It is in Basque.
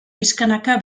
pixkanaka